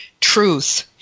truth